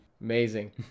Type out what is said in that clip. amazing